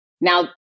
Now